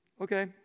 Okay